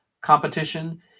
competition